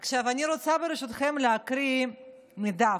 עכשיו אני רוצה ברשותכם להקריא מדף.